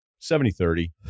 70-30